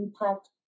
impact